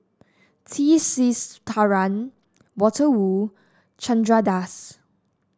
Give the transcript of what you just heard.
T Sasitharan Walter Woon Chandra Das